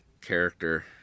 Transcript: character